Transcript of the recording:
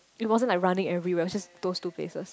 it wasn't like running everywhere it was just those two places